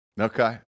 okay